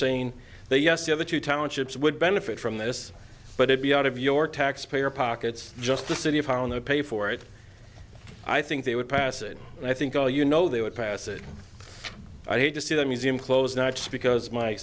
that yes the other two townships would benefit from this but it be out of your taxpayer pockets just the city of how no pay for it i think they would pass it and i think all you know they would pass it i hate to see the museum closed not just because my